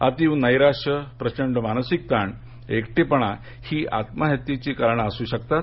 अतीव नैराश्य प्रचंड मानसिक ताण एकटेपणा ही आत्महत्येची कारणं असू शकतात